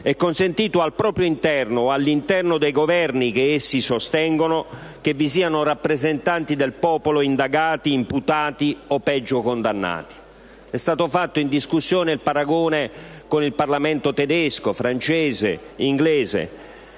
è consentito al proprio interno o all'interno dei Governi che essi sostengono che vi siano rappresentanti del popolo indagati, imputati o - peggio - condannati. Durante la discussione è stato fatto il paragone con il Parlamento tedesco, con quello